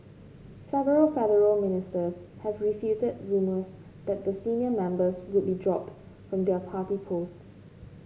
several federal ministers have refuted rumours that the senior members would be dropped from their party posts